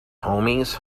homies